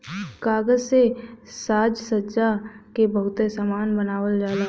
कागज से साजसज्जा के बहुते सामान बनावल जाला